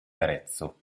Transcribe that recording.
arezzo